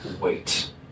Wait